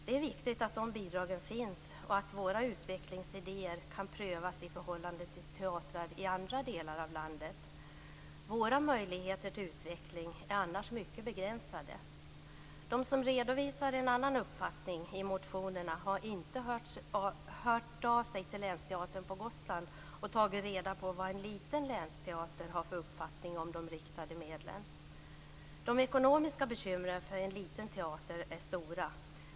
Det är viktigt att dessa bidrag finns och att våra utvecklingsidéer kan prövas i förhållande till teatrar i andra delar av landet. Våra möjligheter till utveckling är annars mycket begränsade. De som redovisar en annan uppfattning i motionerna har inte hört av sig till länsteatern på Gotland för att ta reda på vad en liten länsteater har för uppfattning om de riktade medlen. De ekonomiska bekymren för en liten teater är stora.